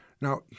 Now